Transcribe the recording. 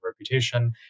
reputation